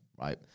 right